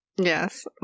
Yes